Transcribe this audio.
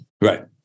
Right